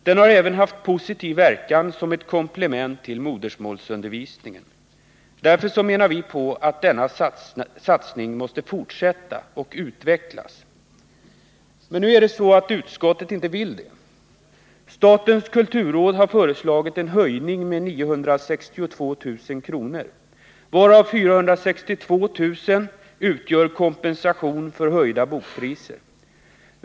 Den har även haft positiv verkan som ett komplement till modersmålsundervisningen. Därför menar vi att denna satsning måste fortsätta och utvecklas. Men nu vill inte utskottet det. Statens kulturråd har föreslagit en höjning med 962 000 kr., varav 462 000 kr. utgör kompensation för höjda bokpriser.